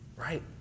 right